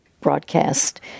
broadcast